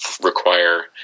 require